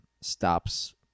stops